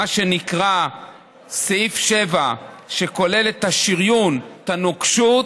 מה שנקרא סעיף 7, שכולל את השריון, את הנוקשות,